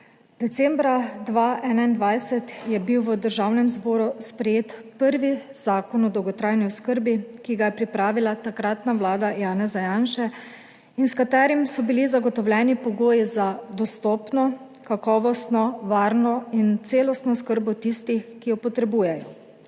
(nadaljevanje) je bil v Državnem zboru sprejet prvi Zakon o dolgotrajni oskrbi, ki ga je pripravila takratna vlada Janeza Janše in s katerim so bili zagotovljeni pogoji za dostopno, kakovostno, varno in celostno oskrbo tistih, ki jo potrebujejo.